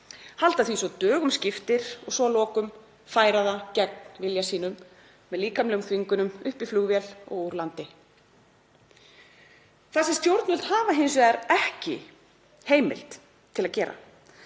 halda því svo dögum skiptir og svo að lokum færa það gegn vilja sínum með líkamlegum þvingunum upp í flugvél úr landi. Það sem stjórnvöld hafa hins vegar ekki heimild til að gera